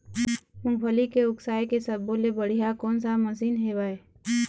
मूंगफली के उसकाय के सब्बो ले बढ़िया कोन सा मशीन हेवय?